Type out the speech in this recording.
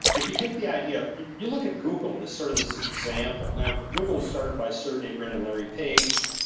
if you take the idea, you you look at google is sort of this example. now, google was started by sergey brin and larry page,